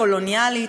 קולוניאלית,